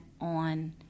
on